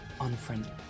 Unfriendly